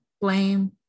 blame